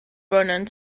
vernon